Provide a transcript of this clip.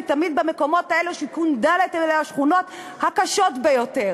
כי תמיד מקומות כאלה כמו שיכון ד' הם השכונות הקשות ביותר.